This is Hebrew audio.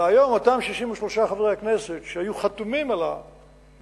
אלא שהיום אותם 63 חברי הכנסת שהיו חתומים על העצומה,